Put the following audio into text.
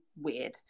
weird